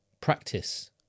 practice